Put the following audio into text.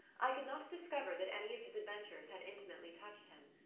i could not discover that any of his adven tures had intimately touched him.